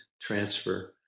transfer